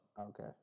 Okay